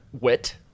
wit